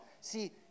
See